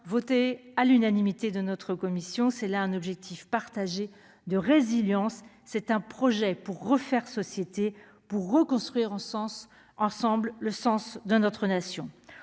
voté à l'unanimité de notre commission, c'est là un objectif partagé de résilience, c'est un projet pour refaire société pour reconstruire sens ensemble le sens de notre nation,